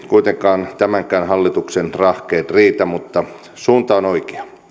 kuitenkaan tämänkään hallituksen rahkeet riitä mutta suunta on oikea